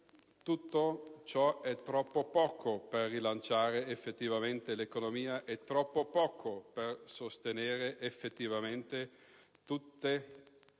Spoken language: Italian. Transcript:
tutto ciò è troppo poco per rilanciare effettivamente l'economia e per sostenere effettivamente le